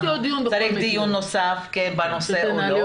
צריך דיון נוסף בנושא או לא,